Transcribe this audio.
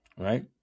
right